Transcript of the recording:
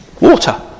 water